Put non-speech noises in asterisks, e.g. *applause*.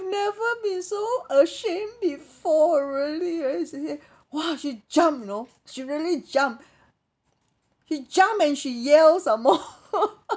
have never been so ashamed before really eh she said !wah! she jumped you know she really jumped she jumped and she yelled some more *laughs*